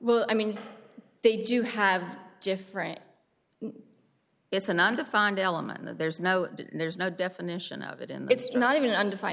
well i mean they do have different it's an undefined element there's no there's no definition of it and it's not even undefined